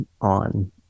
on